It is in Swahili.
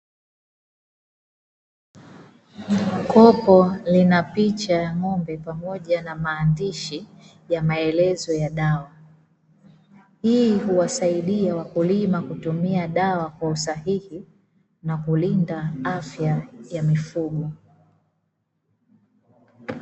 Kopo linapicha ya ng'ombe pamoja na maandishi ya maelezo ya dawa. Hii huwasaidia kutumia dawa kwa usahihi na kulinda afya ya mifugo.